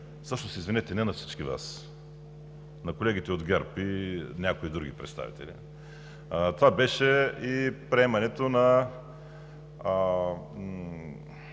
Всъщност, извинете – не на всички Вас, на колегите от ГЕРБ и на някои други представители. Това беше и приемането на